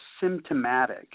symptomatic